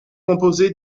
composé